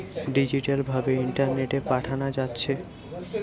digital ভাবে ইন্টারনেটে পাঠানা যাচ্ছে